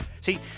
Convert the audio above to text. See